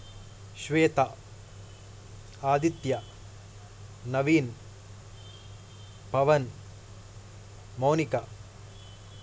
Shweta Aditya Naveen Pavan Mounika